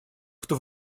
кто